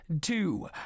two